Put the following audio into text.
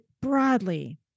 broadly